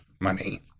money